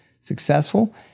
successful